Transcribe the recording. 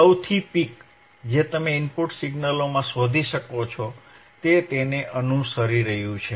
સૌથી પીક જે તમે ઇનપુટ સિગ્નલમાં શોધી શકો છો તે તેને અનુસરી રહ્યું છે